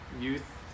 youth